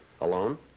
Alone